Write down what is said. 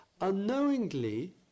unknowingly